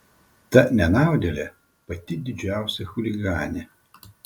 ta nenaudėlė pati didžiausia chuliganė